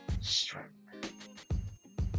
strength